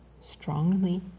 strongly